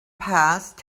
passed